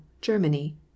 germany